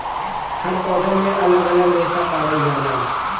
हर पौधन में अलग अलग रेसा पावल जाला